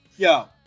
Yo